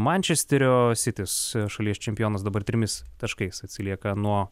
mančesterio sitis šalies čempionas dabar trimis taškais atsilieka nuo